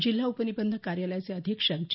जिल्हा उपनिबंधक कार्यालयाचे अधिक्षक जे